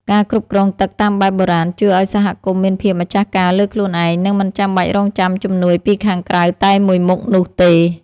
ការគ្រប់គ្រងទឹកតាមបែបបុរាណជួយឱ្យសហគមន៍មានភាពម្ចាស់ការលើខ្លួនឯង និងមិនចាំបាច់រង់ចាំជំនួយពីខាងក្រៅតែមួយមុខនោះទេ។